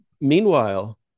Meanwhile